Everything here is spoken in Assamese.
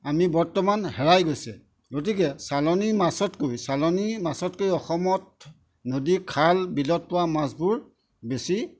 আমি বৰ্তমান হেৰাই গৈছে গতিকে চালানী মাছতকৈ চালানী মাছতকৈ অসমত নদী খাল বিলত পোৱা মাছবোৰ বেছি